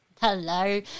Hello